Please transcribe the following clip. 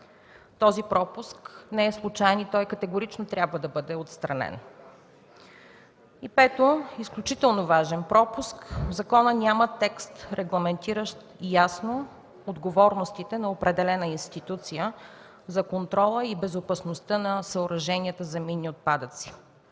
Този пропуск не е случаен и той категорично трябва да бъде отстранен. Пето, изключително важен пропуск – в закона няма текст, регламентиращ ясно отговорностите на определена институция за контрола и безопасността на съоръженията за минни отпадъци.